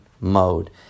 mode